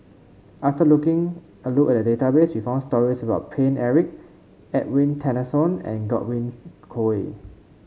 after looking a look at the database we found stories about Paine Eric Edwin Tessensohn and Godwin Koay